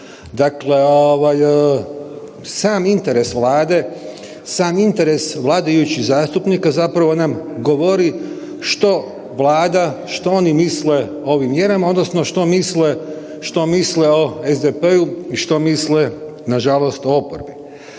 ovaj, sam interes Vlade, sam interes vladajućih zastupnika zapravo nam govori što Vlada, što oni misle o ovim mjerama, odnosno što misle o SDP-u i što misle nažalost o oporbi.